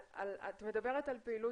את מדברת על פעילות